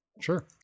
Sure